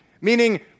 Meaning